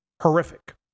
horrific